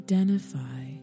Identify